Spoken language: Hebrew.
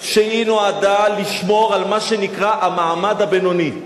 שנועדה לשמור על מה שנקרא המעמד הבינוני.